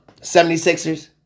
76ers